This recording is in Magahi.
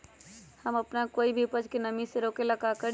हम अपना कोई भी उपज के नमी से रोके के ले का करी?